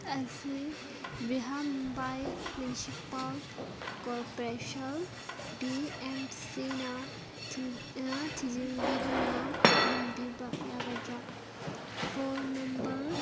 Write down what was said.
ꯑꯁꯤ Brihanmumbai municipal corporation B M ꯁꯤꯅ ꯊꯤꯖꯤꯟꯕꯤꯗꯨꯅ ꯀꯣꯛꯍꯟꯕꯤꯕ ꯌꯥꯒꯗ꯭ꯔꯥ ꯐꯣꯟ ꯅꯝꯕꯔ